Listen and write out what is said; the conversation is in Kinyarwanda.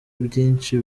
byinshi